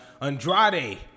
Andrade